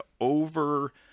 over